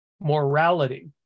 morality